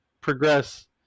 progress